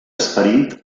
esperit